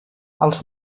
els